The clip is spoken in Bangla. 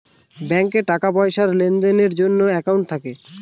ব্যাঙ্কে টাকা পয়সার লেনদেনের জন্য একাউন্ট থাকে